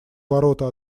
ворота